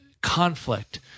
conflict